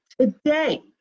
today